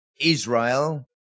Israel